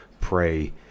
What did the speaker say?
pray